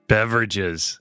Beverages